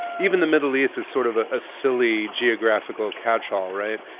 even the middle east is sort of a silly geographical catchall, right?